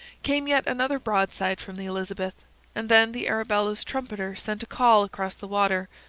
came yet another broadside from the elizabeth and then the arabella's trumpeter sent a call across the water,